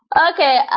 okay.